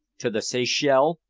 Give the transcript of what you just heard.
to the seychelles!